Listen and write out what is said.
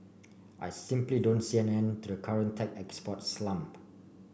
I simply don't see an end to the current tech export slump